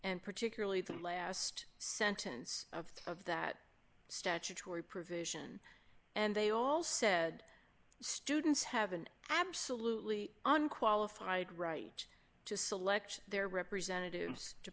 and particularly the last sentence of of that statutory provision and they all said students have an absolutely unqualified right to select their representatives to